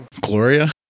Gloria